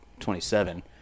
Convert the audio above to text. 27